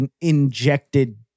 injected